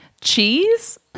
Cheese